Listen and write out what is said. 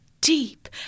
deep